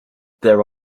there